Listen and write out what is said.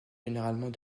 généralement